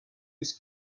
است